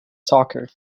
soccer